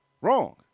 Wrong